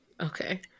okay